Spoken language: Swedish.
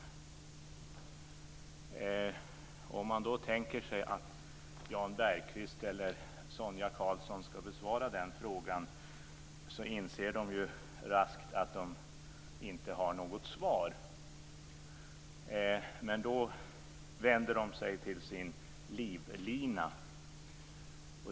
Om man tänker sig att Jan Bergqvist eller Sonia Karlsson ska besvara den frågan inser de raskt att de inte har något svar. Men då vänder de sig till sin livlina.